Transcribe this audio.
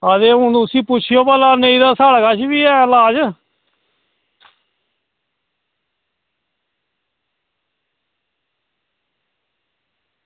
ते हून उसगी पुच्छेओ भला नेईं तां साढ़े कश बी ऐ लाज